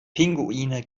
pinguine